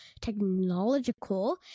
technological